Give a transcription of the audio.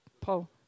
Paul